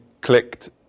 clicked